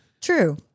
true